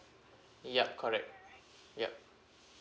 yup correct yup